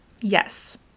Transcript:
Yes